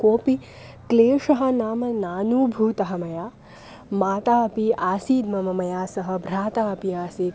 कोपि क्लेशः नाम नानूभूतः मया माता अपि आसीद् मम मया सह भ्राता अपि आसीत्